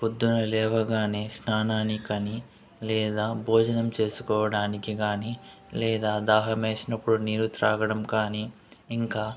పొద్దున లేవగానే స్నానానికాని లేదా భోజనం చేసుకోవడానికి గాని లేదా దాహం వేసినప్పుడు నీరు త్రాగడం కానీ ఇంకా